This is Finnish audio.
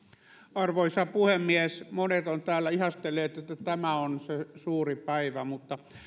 arvoisa puhemies monet ovat täällä ihastelleet että tämä on se suuri päivä mutta